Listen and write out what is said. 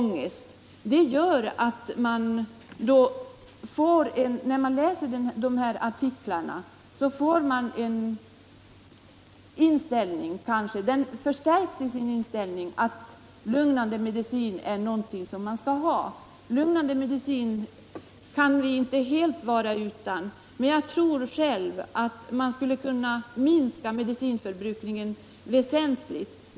När de läser artiklar som den jag talat om förstärks kanske deras inställning att lugnande medicin är någonting som man skall ha. Vi kan inte helt vara utan lugnande medel, men jag tror att man skulle kunna minska medicinförbrukningen väsentligt.